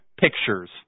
pictures